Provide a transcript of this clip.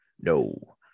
no